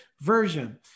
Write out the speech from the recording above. version